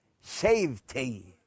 safety